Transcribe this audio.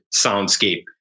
soundscape